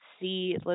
see